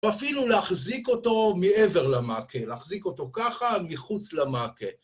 ואפילו להחזיק אותו מעבר למעקה, להחזיק אותו ככה מחוץ למעקה.